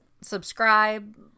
subscribe